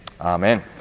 Amen